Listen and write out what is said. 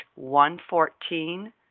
114